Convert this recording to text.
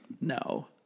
No